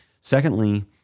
Secondly